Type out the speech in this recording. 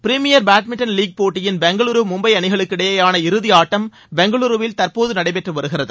premier badminton league போட்டியின் பெங்களுரு மும்பை அணிகளுக்கிடையேயான இறுதியாட்டம் பெங்களுருவில தற்போது நடைபெற்று வருகிறது